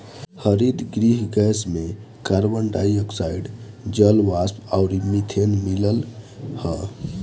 हरितगृह गैस में carbon dioxide, जलवाष्प अउरी मीथेन मिलल हअ